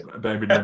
baby